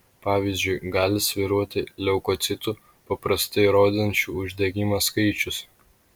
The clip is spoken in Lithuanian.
pavyzdžiui gali svyruoti leukocitų paprastai rodančių uždegimą skaičius